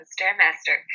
Stairmaster